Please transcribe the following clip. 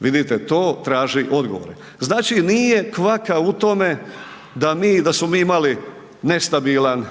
Vidite to traži odgovore. Znači nije kvaka u tome da mi, da smo mi imali nestabilan